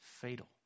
fatal